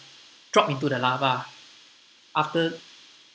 drop into the lava after